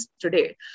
today